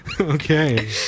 Okay